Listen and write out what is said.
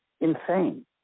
insane